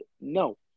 no